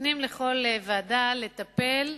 נותנים לכל ועדה לטפל,